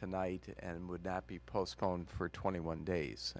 tonight and would be postponed for twenty one days